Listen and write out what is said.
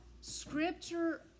Scripture